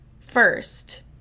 First